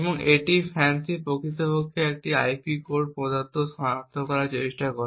এবং এটিই FANCI প্রকৃতপক্ষে একটি আইপি কোড প্রদত্ত শনাক্ত করার চেষ্টা করে